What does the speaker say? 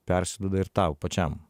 persiduoda ir tau pačiam